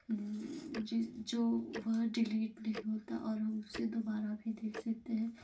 जिस जो वह डिलीट नहीं होता और हम उसे दोबारा भी देख सकते हैं